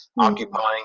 occupying